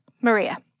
Maria